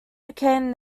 became